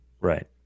Right